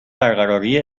برقراری